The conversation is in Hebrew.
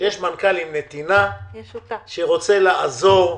כשיש מנכ"ל עם נתינה שרוצה לעזור,